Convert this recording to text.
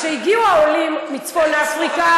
כשהגיעו העולים מצפון-אפריקה,